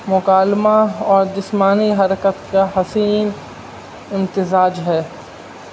مکالمہ اور جسمانی حرکت کا حسین امتزاج ہے